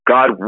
God